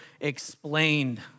explained